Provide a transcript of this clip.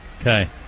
Okay